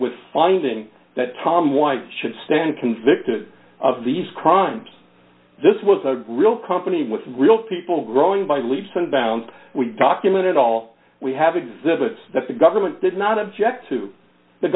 with finding that tom why should stand convicted of these crimes this was a real company with real people growing by leaps and bounds we documented all we have exhibits that the government did not object to the